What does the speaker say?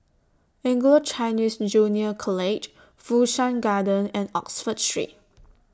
Anglo Chinese Junior College Fu Shan Garden and Oxford Street